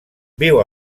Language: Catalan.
viu